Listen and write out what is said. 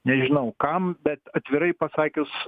nežinau kam bet atvirai pasakius